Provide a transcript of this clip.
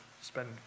spend